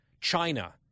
China